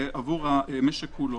עבור המשק כולו.